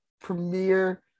premiere